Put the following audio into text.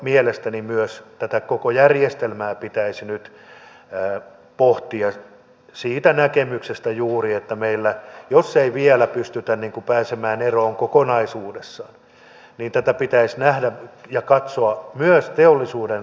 mielestäni myös tätä koko järjestelmää pitäisi nyt pohtia siitä näkemyksestä juuri että jos ei meillä vielä pystytä pääsemään eroon kokonaisuudessa niin tätä pitäisi nähdä ja katsoa myös teollisuudenalakohtaisesti